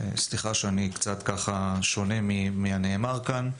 סליחה שאני קצת ככה שונה מהנאמר כאן,